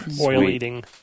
oil-eating